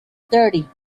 dirty